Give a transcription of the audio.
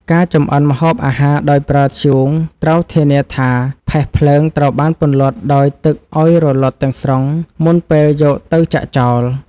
ការចម្អិនម្ហូបអាហារដោយប្រើធ្យូងត្រូវធានាថា ផេះភ្លើងត្រូវបានពន្លត់ដោយទឹកឱ្យរលត់ទាំងស្រុងមុនពេលយកទៅចាក់ចោល។